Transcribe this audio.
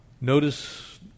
Notice